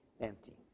empty